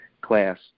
class